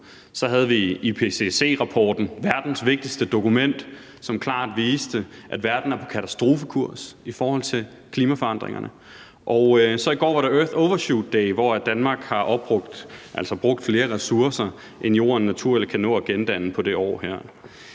IPCC-rapporten – verdens vigtigste dokument – som klart viste, at verden er på katastrofekurs i forhold til klimaforandringerne. Og i går var der earth overshoot day, hvor Danmark har brugt flere ressourcer, end Jorden naturligt kan nå at gendanne på det her